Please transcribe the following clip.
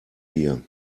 hier